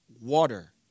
water